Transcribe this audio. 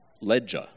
ledger